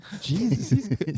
Jesus